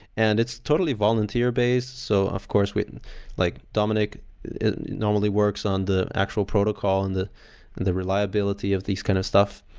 and it's totally volunteer based. so of course, like dominic normally works on the actual protocol and the and the reliability of these kind of stuff.